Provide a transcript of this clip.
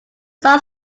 soul